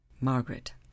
Margaret